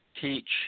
teach